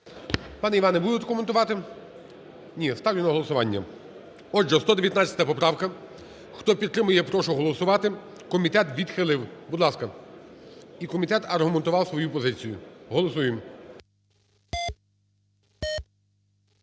Пане Іване, будете коментувати? Ні. Ставлю на голосування. Отже, 119 поправка. Хто підтримує, я прошу голосувати. Комітет відхилив. Будь ласка. І комітет аргументував свою позицію. Голосуємо.